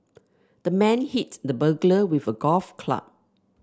the man hit the burglar with a golf club